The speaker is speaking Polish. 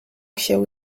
się